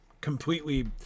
Completely